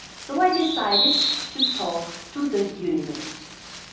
so i decided to talk to the universe.